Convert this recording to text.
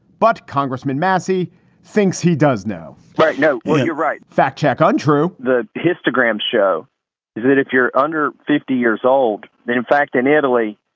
but congressman massie thinks he does now. right now. well, you're right. fact-check untrue the histograms show is that if you're under fifty years old, then, in fact, in italy